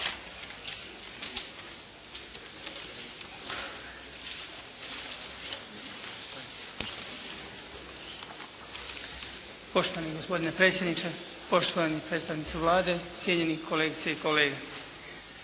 Poštovani gospodine predsjedniče, poštovani predstavnici Vlade, cijenjeni kolegice i kolege.